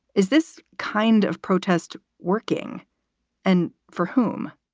is this kind of protest working and for whom?